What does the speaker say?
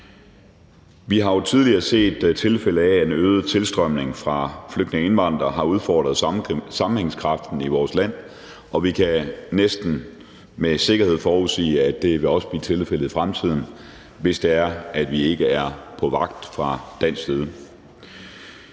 Vi har jo tidligere set tilfælde af, at en øget tilstrømning af flygtninge og indvandrere har udfordret sammenhængskraften i vores land, og vi kan næsten med sikkerhed forudsige, at det også vil blive tilfældet i fremtiden, hvis vi ikke er på vagt fra dansk side.